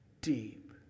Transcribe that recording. deep